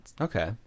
okay